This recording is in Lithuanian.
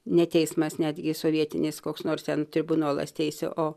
ne teismas netgi sovietinis koks nors ten tribunolas teisė o